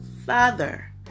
Father